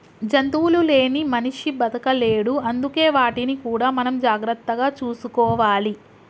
జంతువులు లేని మనిషి బతకలేడు అందుకే వాటిని కూడా మనం జాగ్రత్తగా చూసుకోవాలి